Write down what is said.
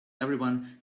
everyone